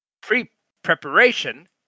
pre-preparation